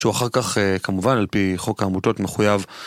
שהוא אחר כך כמובן על פי חוק העמותות מחויב